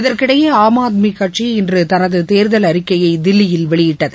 இதற்கிடையே ஆம் ஆத்மி கட்சி இன்று தனது தேர்தல் அறிக்கையை தில்லியில் வெளியிட்டது